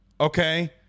okay